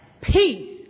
peace